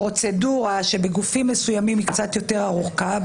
זאת פרוצדורה שבגופים מסוימים היא קצת יותר ארוכה,